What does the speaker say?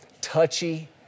touchy